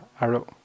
arrow